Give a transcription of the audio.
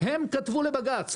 הם כתבו בג"ץ.